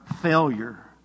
failure